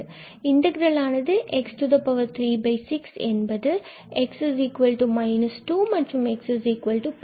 இங்கு இன்டகிரலானது x3 6 என்பது x 2 and x2 ல் உள்ளது